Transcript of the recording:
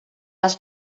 les